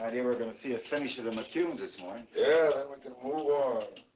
i mean we're going to see a finish of the mcquowns this morning. yeah, then we can move